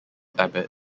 abbot